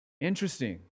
Interesting